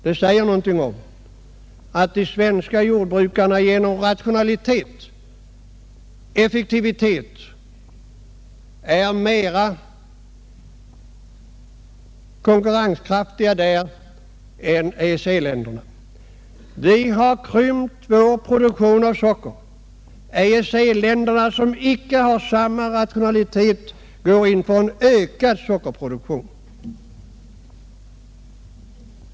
Det säger oss att de svenska jordbrukarna genom rationalitet och effektivitet är mera konkurrenskraftiga på detta område än EEC-ländernas jordbrukare. Vi har krympt vår produktion av socker. EEC-länderna, som icke har samma rationalitet, går in för ökad sockerproduktion.